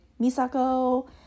Misako